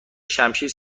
شمشیر